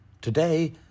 Today